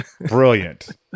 brilliant